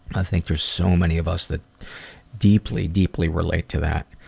i think there's so many of us that deeply, deeply relate to that.